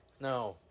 No